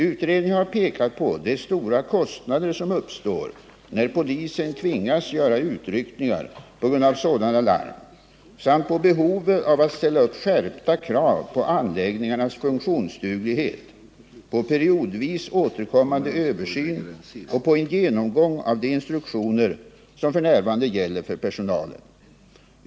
Utredningen har pekat på de stora kostnader som uppstår när polisen tvingas göra utryckningar på grund av sådana larm samt på behovet av att ställa upp skärpta krav på anläggningarnas funktionsduglighet, på periodvis återkommande översyn och på en genomgång av de instruktioner som f. n. gäller för personalen.